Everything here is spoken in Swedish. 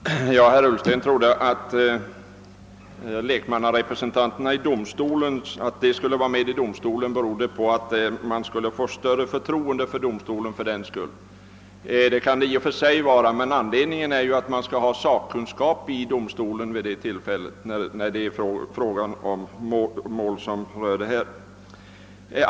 Herr talman! Herr Ullsten tror att anledningen till att man har lekmannarepresentanter i domstolen är att man skall få större förtroende för den. Det kan i och för sig vara riktigt, men anledningen är framför allt att man skall ha sakkunskap i domstolen i mål som rör detta.